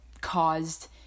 caused